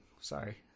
sorry